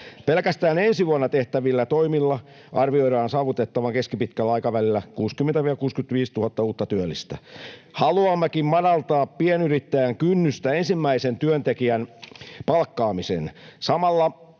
Pelkästään ensi vuonna tehtävillä toimilla arvioidaan saavutettavan keskipitkällä aikavälillä 60 000—65 000 uutta työllistä. Haluammekin madaltaa pienyrittäjän kynnystä ensimmäisen työntekijän palkkaamiseen. Samalla